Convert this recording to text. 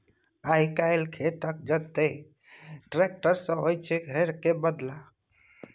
आइ काल्हि खेतक जोताई टेक्टर सँ होइ छै हर केर बदला